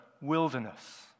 wilderness